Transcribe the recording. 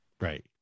right